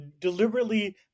deliberately